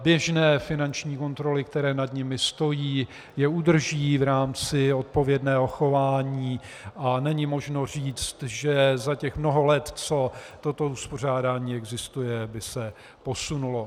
Běžné finanční kontroly, které nad nimi stojí, je udrží v rámci odpovědného chování a není možno říct, že za těch mnoho let, co toto uspořádání existuje, by se posunulo.